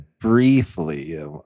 briefly